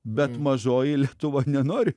bet mažoji lietuva nenori